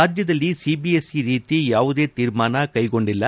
ರಾಜ್ಜದಲ್ಲಿ CBSE ರೀತಿ ಯಾವುದೇ ತೀರ್ಮಾನ ಕೈಗೊಂಡಿಲ್ಲ